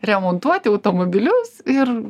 remontuoti automobilius ir